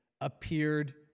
appeared